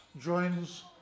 joins